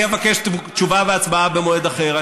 אני אבקש תשובה והצבעה במועד אחר.